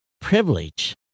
privilege